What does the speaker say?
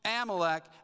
Amalek